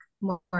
more